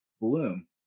bloom